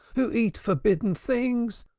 who eat forbidden things,